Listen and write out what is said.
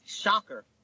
shocker